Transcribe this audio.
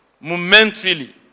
momentarily